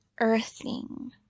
earthing